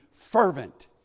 fervent